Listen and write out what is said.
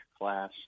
class